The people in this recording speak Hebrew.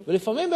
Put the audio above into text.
ולפעמים,